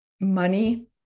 money